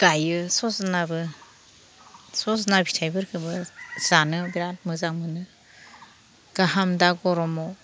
गायो सजनाबो सजना फिथाइफोरखोबो जानो बेराद मोजां मोनो गाहाम दा गरमाव